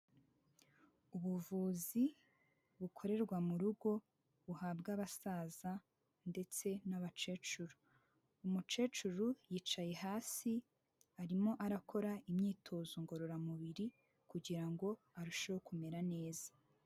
Ubuvuzi bukorerwa mu rugo buhabwa abasaza ndetse n'abacecuru, umucecuru yicaye hasi arimo arakora imyitozo ngororamubiri kugira ngo arusheho kumera neza.